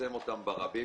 ולפרסם אותם ברבים,